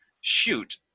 shoot